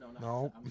No